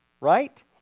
Right